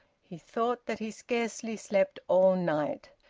he thought that he scarcely slept all night.